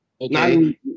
Okay